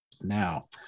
Now